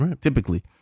typically